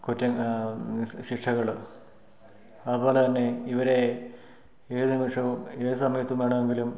കുറ്റം ശിക്ഷകൾ അതു പോലെ തന്നെ ഇവരെ ഏതു നിമിഷവും ഏതു സമയത്തും വേണമെങ്കിലും